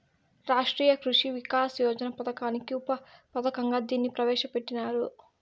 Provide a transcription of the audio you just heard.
రాష్ట్రీయ కృషి వికాస్ యోజన పథకానికి ఉప పథకంగా దీన్ని ప్రవేశ పెట్టినారు